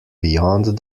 beyond